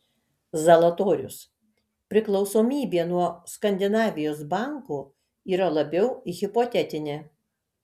zalatorius priklausomybė nuo skandinavijos bankų yra labiau hipotetinė